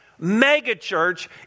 megachurch